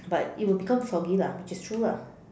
but it will become soggy lah which is true lah